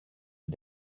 you